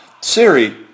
Siri